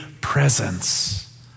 presence